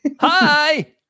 Hi